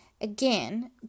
Again